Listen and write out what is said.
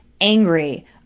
angry